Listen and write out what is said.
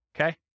okay